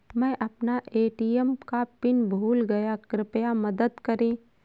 मै अपना ए.टी.एम का पिन भूल गया कृपया मदद करें